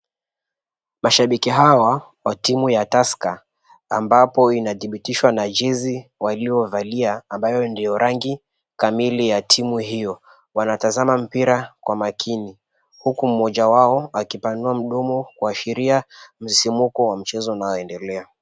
Mashabiki hawa wa timu ya Tusker ambapo inadhibitishwa na jezi waliovalia ambayo ndio rangi kamili ya timu hio, wanatazama mpira kwa makini huku mmoja wao akipanua mdomo kuashiria msisimko wa mchezo unaoendelea.